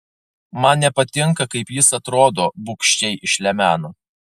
man nepatinka kaip jis atrodo bugščiai išlemeno